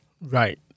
Right